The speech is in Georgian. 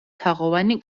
თაღოვანი